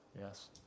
Yes